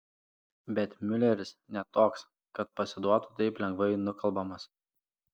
bet miuleris ne toks kad pasiduotų taip lengvai nukalbamas